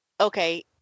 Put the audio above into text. Okay